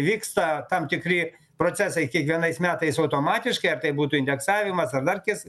vyksta tam tikri procesai kiekvienais metais automatiškai ar tai būtų indeksavimas ar dar kas